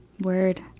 Word